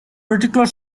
reticular